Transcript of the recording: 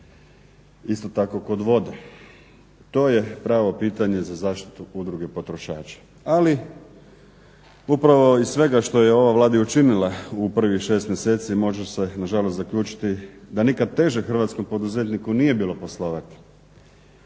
Isto tako kod vode. To je pravo pitanje za zaštitu Udruge potrošača. Ali upravo iz svega što je ova Vlada i učinila u prvih 6 mjeseci može se na žalost zaključiti da nikad teže hrvatskom poduzetniku nije bilo poslovati.